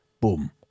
Boom